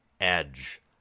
edge